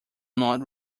not